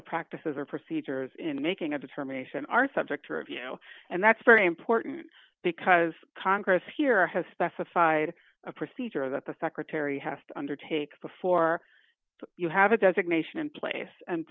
the practices and procedures in making a determination are subject to review and that's very important because congress here has specified a procedure that the secretary has to undertake before you have a designation in place and